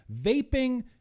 Vaping